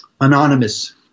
anonymous